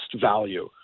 value